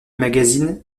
magazine